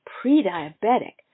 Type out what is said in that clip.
pre-diabetic